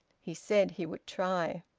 he said he would try.